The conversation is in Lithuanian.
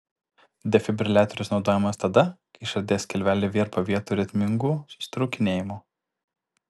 defibriliatorius naudojamas tada kai širdies skilveliai virpa vietoj ritmingų susitraukinėjimų